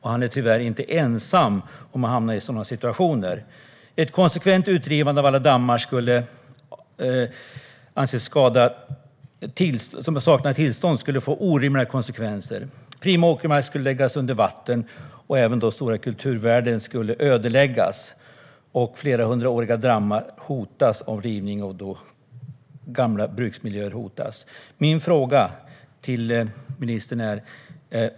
Han är tyvärr inte ensam om att hamna i sådana situationer. Ett konsekvent utdrivande av alla dammar som saknar tillstånd skulle få orimliga konsekvenser. Prima åkermark skulle läggas under vatten, stora kulturvärden skulle ödeläggas och flerhundraåriga dammar skulle hotas av rivning. Gamla bruksmiljöer skulle hotas.